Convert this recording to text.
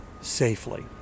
safely